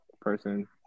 person